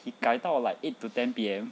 he 改到 like eight to ten P_M